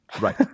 Right